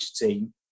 team